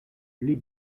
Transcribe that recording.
les